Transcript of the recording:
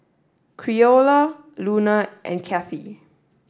Creola Luna and Cathy